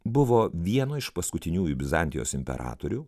buvo vieno iš paskutiniųjų bizantijos imperatorių